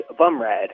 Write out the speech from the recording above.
Bumrad